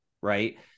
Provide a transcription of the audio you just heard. right